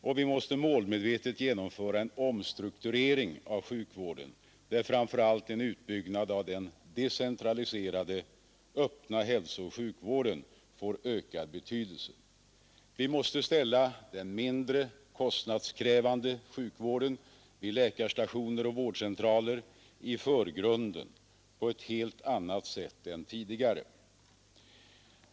Och vi måste målmedvetet genomföra en omstrukturering av sjukvården, där framför allt en utbyggnad av den decentraliserade öppna hälsooch sjukvården får ökad betydelse. Vi måste ställa den mindre kostnadskrävande sjukvården vid läkarstationer och vårdcentraler i förgrunden på ett helt annat sätt än tidigare.